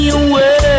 away